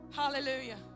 Hallelujah